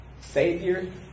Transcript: Savior